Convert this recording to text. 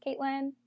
Caitlin